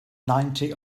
ninety